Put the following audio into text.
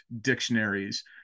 dictionaries